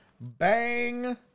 Bang